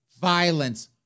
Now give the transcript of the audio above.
violence